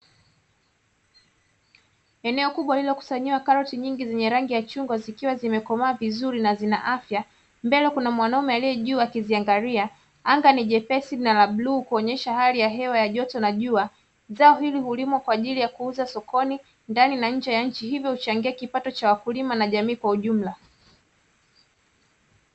Eneo kubwa lililokusanyiwa karoti nyingi zenye rangi ya chungwa zikiwa zimekomaa vizuri na zina afya, mbele kuna mwanaume aliye juu akiangalia. Anga ni jepesi na la bluu, kuonyesha hali ya hewa ya joto na jua. Zao hili hulimwa kwa ajili ya kuuza sokoni, ndani na nje ya nchi, hivyo huchangia kipato cha wakulima na jamii kwa ujumla.